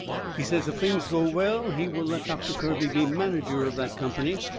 he says if things go well he will let doctor kirby be manager of that company,